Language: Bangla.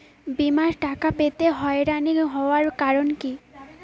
বিমার টাকা পেতে হয়রানি হওয়ার কারণ কি?